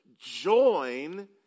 join